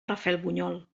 rafelbunyol